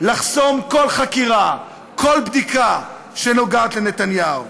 לחסום כל חקירה, כל בדיקה שנוגעת לנתניהו.